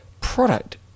product